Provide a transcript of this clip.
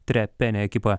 trepene ekipą